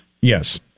Yes